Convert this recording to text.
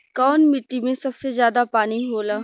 कौन मिट्टी मे सबसे ज्यादा पानी होला?